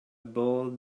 ball